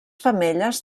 femelles